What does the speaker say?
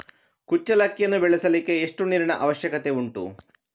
ಕುಚ್ಚಲಕ್ಕಿಯನ್ನು ಬೆಳೆಸಲಿಕ್ಕೆ ಎಷ್ಟು ನೀರಿನ ಅವಶ್ಯಕತೆ ಉಂಟು?